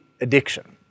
addiction